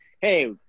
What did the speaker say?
hey